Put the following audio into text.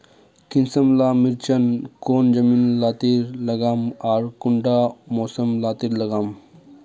किसम ला मिर्चन कौन जमीन लात्तिर लगाम आर कुंटा मौसम लात्तिर लगाम?